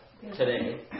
today